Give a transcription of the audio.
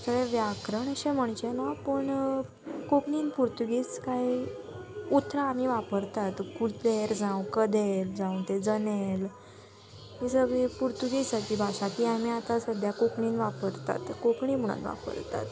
सगळें व्याकरण अशें म्हणचें ना पूण कोंकणीन पुर्तुगीज कांय उतरां आमी वापरतात कुलेर जावं कदेल जावं ते जनेल हीं सगळी पुर्तुगीजाची भाशा ती आमी आतां सद्द्या कोंकणीन वापरतात कोंकणी म्हणोन वापरतात